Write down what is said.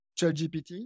ChatGPT